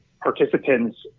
participants